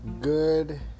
Good